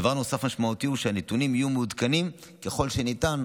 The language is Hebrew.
דבר משמעותי נוסף הוא שהנתונים יהיו מעודכנים ככל הניתן,